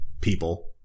people